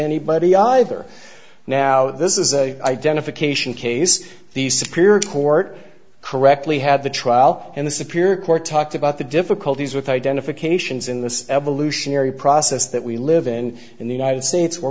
anybody either now this is a identification case the spirit court correctly had the trial in the superior court talked about the difficulties with identifications in this evolutionary process that we live in in the united states where